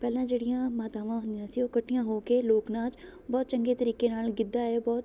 ਪਹਿਲਾਂ ਜਿਹੜੀਆਂ ਮਾਤਾਵਾਂ ਹੁੰਦੀਆਂ ਸੀ ਉਹ ਇਕੱਠੀਆਂ ਹੋ ਕੇ ਲੋਕ ਨਾਚ ਬਹੁਤ ਚੰਗੇ ਤਰੀਕੇ ਨਾਲ਼ ਗਿੱਧਾ ਇਹ ਬਹੁਤ